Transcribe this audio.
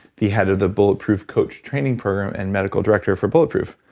the head of the bulletproof coach training program and medical director for bulletproof.